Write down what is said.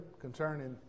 concerning